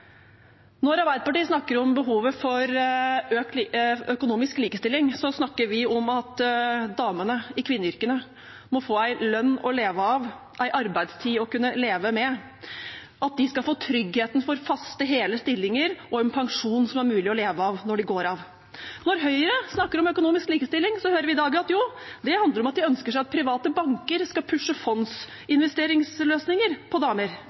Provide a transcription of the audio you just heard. Når Arbeiderpartiet snakker om behovet for økt økonomisk likestilling, snakker vi om at damene i kvinneyrkene må få en lønn å leve av, en arbeidstid å kunne leve med, trygghet gjennom faste, hele stillinger og en pensjon som er mulig å leve av når de går av. Når Høyre snakker om økonomisk likestilling, hører vi i dag at det handler om at de ønsker seg at private banker skal pushe fondsinvesteringsløsninger på damer.